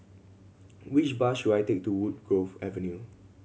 which bus should I take to Woodgrove Avenue